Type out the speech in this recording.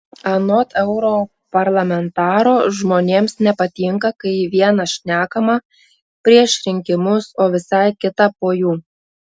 anot europarlamentaro žmonėms nepatinka kai viena šnekama prieš rinkimus o visai kita po jų